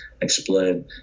explain